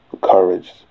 courage